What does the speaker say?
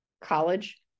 college